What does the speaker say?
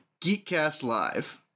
GeekCastLive